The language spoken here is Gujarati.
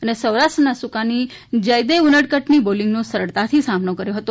અને સૌરાષ્ટ્રના સુકાની જયદેવ ઉનડકટની બોલિંગનો સરળતાથી સામનો કર્યો હતો